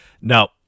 Now